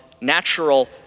natural